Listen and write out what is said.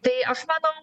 tai aš manau